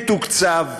מתוקצב,